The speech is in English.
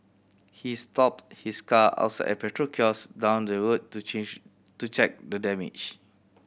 he stopped his car outside a petrol kiosk down the road to change to check the damage